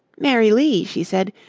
mary lee, she said,